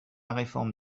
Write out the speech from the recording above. réforme